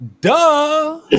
Duh